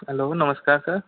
hello नमस्कार sir